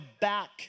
back